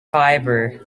fibre